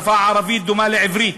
השפה הערבית דומה לעברית